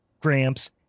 Gramps